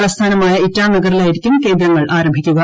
തലസ്ഥാനമായ ഇറ്റാനഗറിലായിരിക്കും കേന്ദ്രങ്ങൾ ആർടിക്കുക